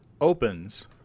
opens